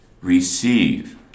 Receive